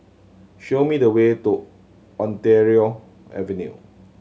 show me the way to Ontario Avenue